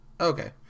Okay